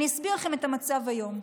אני אסביר לכם את המצב היום.